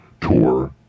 Tour